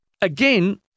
again